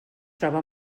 troba